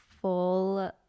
full